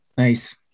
Nice